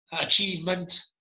achievement